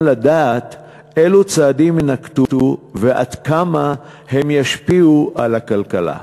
לדעת אילו צעדים יינקטו ועד כמה הם ישפיעו על הכלכלה.